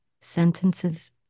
sentences